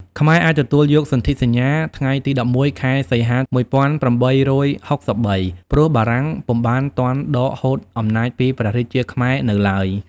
ខ្មែរអាចទទួលយកសន្ធិសញ្ញាថ្ងៃទី ១១ ខែ សីហា ១៨៦៣ ព្រោះបារាំងពុំបានទាន់ដកហូតអំណាចពីព្រះរាជាខ្មែរនៅឡើយ។